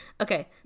Okay